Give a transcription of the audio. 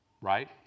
Right